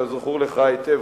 כזכור לך היטב,